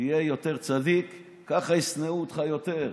תהיה יותר צדיק, ככה ישנאו אותך יותר,